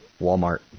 Walmart